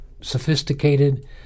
sophisticated